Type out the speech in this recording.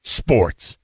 sports